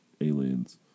aliens